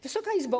Wysoka Izbo!